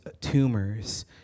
tumors